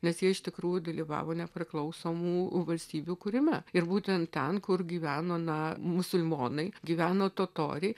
nes jie iš tikrųjų dalyvavo nepriklausomų valstybių kūrime ir būtent ten kur gyveno na musulmonai gyveno totoriai